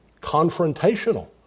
confrontational